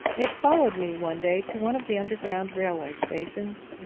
it followed me one day to one of the underground railway stations,